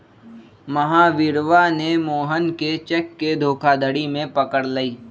महावीरवा ने मोहन के चेक के धोखाधड़ी में पकड़ लय